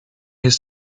his